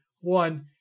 one